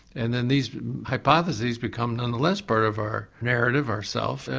and then these hypotheses become nonetheless part of our narrative, our self, and